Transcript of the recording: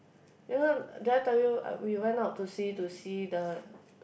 you know did I tell you uh we went out to see to see the